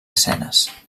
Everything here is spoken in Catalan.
escenes